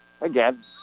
again